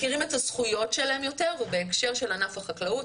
מכירים את הזכויות שלהם יותר ובהקשר של ענף החקלאות,